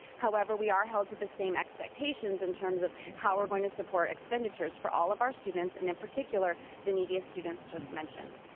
however, we are held to the same expectations in terms of how we're going to support expenditures for all of our students, and in particular the neediest students just mentioned.